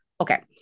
Okay